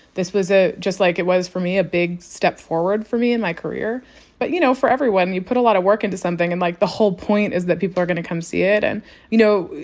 this was a just like it was for me a big step forward for me in my career but, you know, for everyone. you put a lot of work into something, and, like, the whole point is that people are going to come see it. and you know,